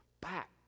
back